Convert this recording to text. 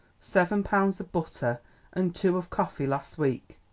seven pounds of butter and two of coffee last week?